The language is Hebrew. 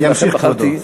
ימשיך כבודו.